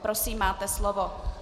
Prosím, máte slovo.